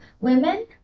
women